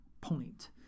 point